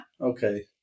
Okay